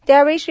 त्यावेळी श्री